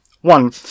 One